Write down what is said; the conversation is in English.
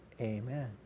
Amen